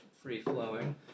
free-flowing